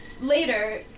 Later